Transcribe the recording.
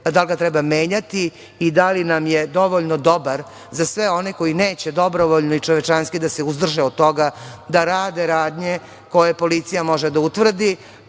Da li ga treba menjati i da li nam je dovoljno dobar za sve oni koji neće dobrovoljno i čovečanski da se uzdrže od toga da rade radnje koje policija može da utvrdi,